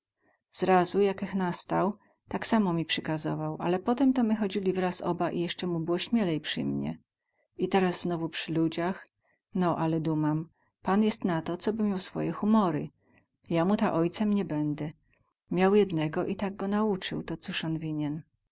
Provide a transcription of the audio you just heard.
zrazu jakech nastał tak samo mi przykazował ale potem to my chodzili wraz oba i jesce mu było śmielej przy mnie i teraz znowu przy ludziach no ale dumam pan jest na to coby miał swoje humory ja mu ta ojcem nie bedą miał jednego i ten go tak naucył to coz on